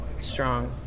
strong